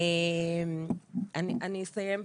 אני אסיים פה.